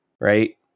Right